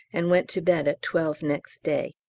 and went to bed at twelve next day.